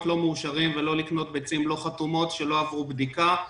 לא מאושרים ולא לקנות ביצים לא חתומות שלא עברו בדיקה.